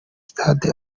stade